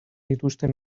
dituzten